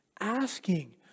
asking